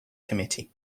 committee